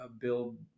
build